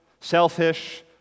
selfish